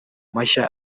mashya